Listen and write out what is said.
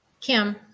Kim